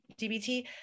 DBT